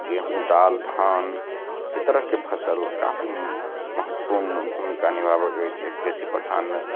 गेहूँ दालि धान ई तरहके फसल काफी महतपूर्ण भूमिका निभाबै अछि कृषि प्रधान